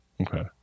Okay